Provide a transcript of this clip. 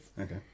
Okay